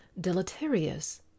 deleterious